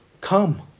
Come